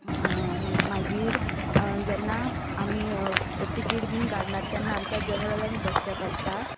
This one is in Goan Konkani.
आनी मागीर जेन्ना आमी टिकेट बीन काडनात तेन्ना आमकां जनरलान बसचें पडटा